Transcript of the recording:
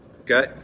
okay